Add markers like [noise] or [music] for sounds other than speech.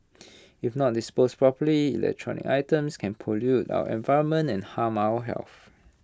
[noise] if not disposed properly electronic items can pollute our environment and harm our health